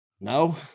no